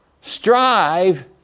strive